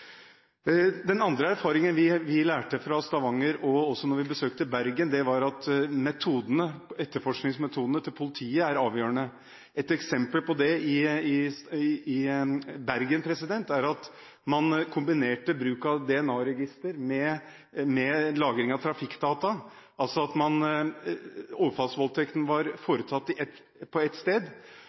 Den andre erfaringen vi fikk fra Stavanger og også fra da vi besøkte Bergen, var at etterforskningsmetodene til politiet er avgjørende. Et eksempel på det fra Bergen er at man kombinerte bruk av DNA-register med lagring av trafikkdata. Overfallsvoldtekten var foretatt på et sted, og så sjekket man med basestasjonene hvem som hadde oppholdt seg i